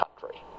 country